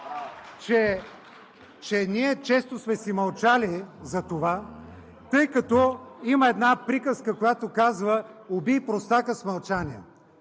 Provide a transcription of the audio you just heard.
че ние често сме си мълчали затова, тъй като има една приказка, която казва: „Убий простака с мълчание“,